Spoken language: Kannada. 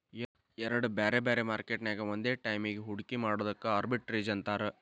ಎರಡ್ ಬ್ಯಾರೆ ಬ್ಯಾರೆ ಮಾರ್ಕೆಟ್ ನ್ಯಾಗ್ ಒಂದ ಟೈಮಿಗ್ ಹೂಡ್ಕಿ ಮಾಡೊದಕ್ಕ ಆರ್ಬಿಟ್ರೇಜ್ ಅಂತಾರ